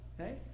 Okay